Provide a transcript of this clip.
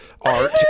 art